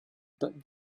but